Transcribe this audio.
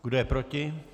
Kdo je proti?